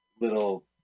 little